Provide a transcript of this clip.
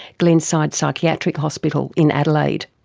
glenside psychiatric hospital in adelaide.